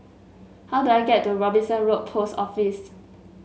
how do I get to Robinson Road Post Office